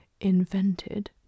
invented